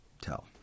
tell